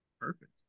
perfect